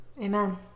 amen